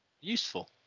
useful